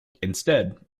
instead